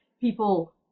People